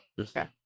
Okay